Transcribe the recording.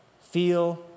feel